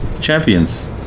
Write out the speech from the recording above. Champions